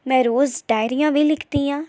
ਮੈਂ ਰੋਜ਼ ਡਾਇਰੀਆਂ ਵੀ ਲਿਖਦੀ ਹਾਂ